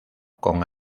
con